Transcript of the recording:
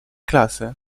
klasy